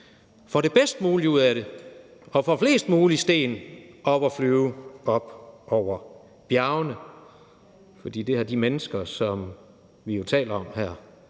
får det bedst mulige ud af det og får flest mulige sten op at flyve op over bjergene. For det har de mennesker, som vi jo taler om her,